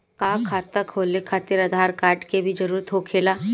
का खाता खोले खातिर आधार कार्ड के भी जरूरत होखेला?